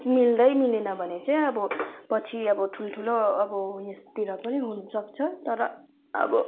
मिल्दै मिलेन भने चाहिँ अब पछि अबो ठुल्ठुलो अब उयोतिर पनि हुन सक्छ तर अब